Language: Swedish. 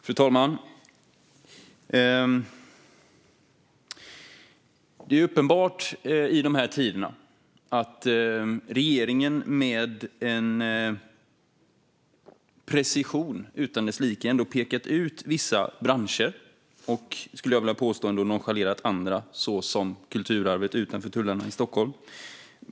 Fru talman! Det är uppenbart i dessa tider att regeringen med en precision utan dess like pekat ut vissa branscher och, skulle jag vilja påstå, nonchalerat andra, såsom kulturarvet utanför Stockholms tullar.